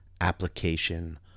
application